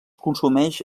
consumeix